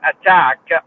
attack